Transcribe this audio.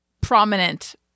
prominent